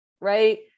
right